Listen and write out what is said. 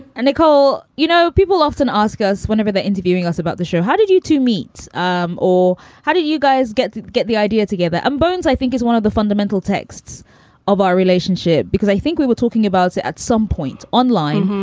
and nicole you know, people often ask us whenever they're interviewing us about the show, how did you two meet um or how did you guys get to get the idea together? um bones, i think is one of the fundamental texts of our relationship because i think we were talking about it at some point online.